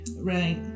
Right